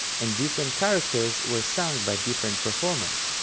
and different characters were sung by different performers.